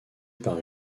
par